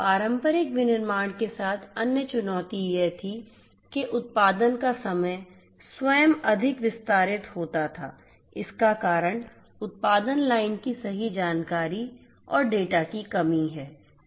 पारंपरिक विनिर्माण के साथ अन्य चुनौती यह थी कि उत्पादन का समय स्वयं अधिक विस्तारित होता था इसका कारण उत्पादन लाइन की सही जानकारी और डेटा की कमी है